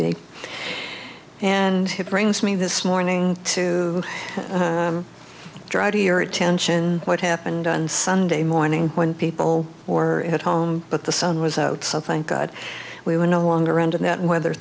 be and he brings me this morning to dry to your attention what happened on sunday morning when people or at home but the sun was out some thank god we were no longer around in that weather